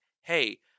hey